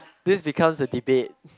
this becomes a debate